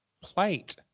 plate